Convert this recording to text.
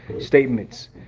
statements